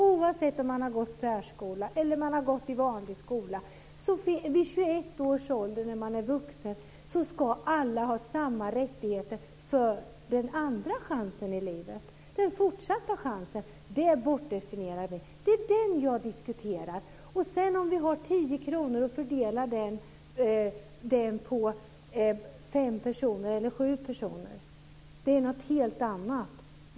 Oavsett om man har gått i särskola eller i vanlig skola ska alla vid 21 års ålder när man är vuxen ha samma rättigheter till den andra chansen i livet, den fortsatta chansen. Den bortdefinierar ni. Det är den jag diskuterar. Att vi sedan har 10 kr att fördela på fem personer eller sju personer är något helt annat.